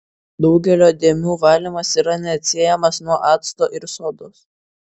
daugelio dėmių valymas yra neatsiejamas nuo acto ir sodos